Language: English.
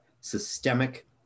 systemic